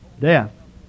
death